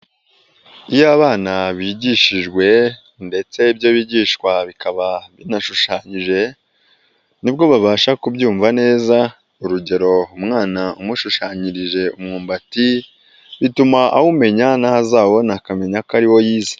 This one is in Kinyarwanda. Iyo abana bigishijwe ndetse ibyo bigishwa bikaba binashushanyije nibwo babasha kubyumva neza, urugero umwana umushushanyirije umwumbati bituma awumenya n'aho azawubona akamenya ko ari wo yize.